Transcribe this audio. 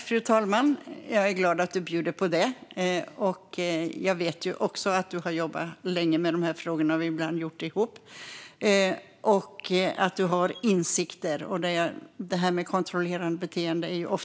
Fru talman! Jag är glad att du bjuder på det, Juno Blom. Jag vet att du har insikter och har jobbat länge med dessa frågor, och vi har ibland gjort det ihop. Det börjar ofta med ett kontrollerande beteende.